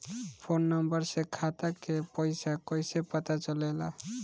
Phone number से खाता के पइसा कईसे पता चलेला?